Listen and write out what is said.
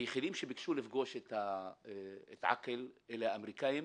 היחידים שביקשו לפגוש את עקל הם האמריקנים.